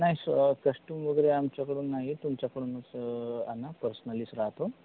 नाही स कस्टम वगैरे आमच्याकडून नाही तुमच्याकडूनच आणा पर्सनलीच राहतो